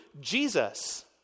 Jesus